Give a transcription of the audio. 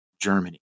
Germany